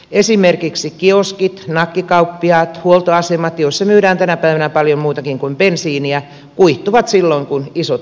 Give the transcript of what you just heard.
esimerkiksi kioskit nakkikauppiaat huoltoasemat joissa myydään tänä päivänä paljon muutakin kuin bensiiniä kuihtuvat silloin kun isot ovat auki